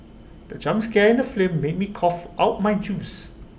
the jump scare in the flame made me cough out my juice